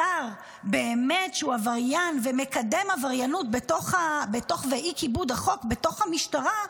שר שהוא באמת עבריין ומקדם עבריינות ואי-כיבוד החוק בתוך המשטרה,